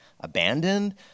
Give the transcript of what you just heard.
abandoned